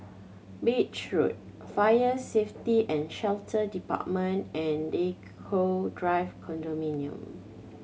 Beach Road Fire Safety And Shelter Department and Draycott Drive Condominium